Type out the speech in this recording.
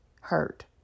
hurt